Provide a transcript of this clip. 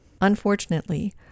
Unfortunately